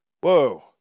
Whoa